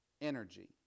energy